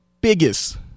biggest